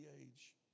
age